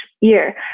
year